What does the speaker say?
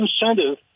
incentive